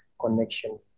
connection